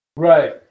Right